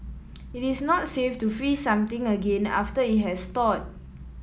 it is not safe to freeze something again after it has thawed